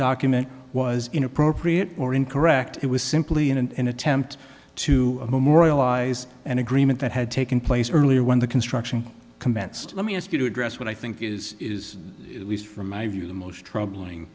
document was inappropriate or incorrect it was simply in an attempt to memorialize an agreement that had taken place earlier when the construction commenced let me ask you to address what i think is is at least from my view the most troubling